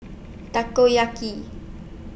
Takoyaki